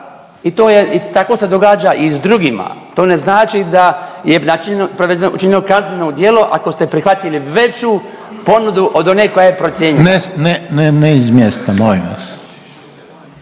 i tako se događa s drugima. To ne znači da je učinjeno kazneno djelo ako ste prihvatili veću ponudu od one koja je procijenjena. **Reiner, Željko